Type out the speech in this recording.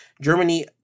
Germany